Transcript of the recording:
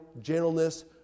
gentleness